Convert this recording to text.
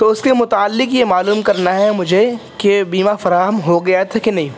تو اس کے متعلق یہ معلوم کرنا ہے مجھے کہ بیمہ فراہم ہو گیا تھا کہ نہیں